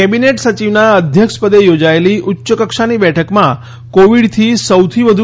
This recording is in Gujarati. કેબિનેટ સચિવના અધ્યક્ષપદે યોજાયેલી ઉચ્ચકક્ષાની બેઠકમાં કોવિડથી સૌથી વધુ